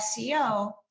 SEO